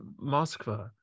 moscow